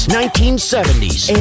1970s